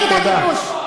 נגד הכיבוש.